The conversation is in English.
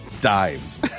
dives